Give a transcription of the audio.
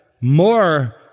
more